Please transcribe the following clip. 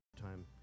time